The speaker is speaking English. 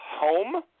home